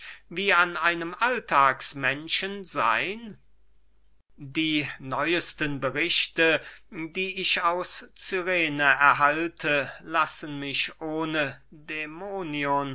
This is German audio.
wie an einem alltagsmenschen seyn die neuesten berichte die ich aus cyrene erhalte lassen mich ohne dämonion